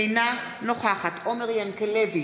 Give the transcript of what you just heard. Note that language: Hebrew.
אינה נוכחת עומר ינקלביץ'